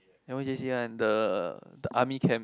the one j_c one the the army camp